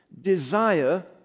desire